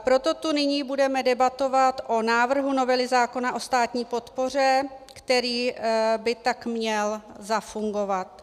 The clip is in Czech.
Proto tu nyní budeme debatovat o návrhu novely zákona o státní podpoře, který by tak měl zafungovat.